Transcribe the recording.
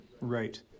Right